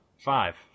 Five